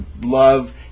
love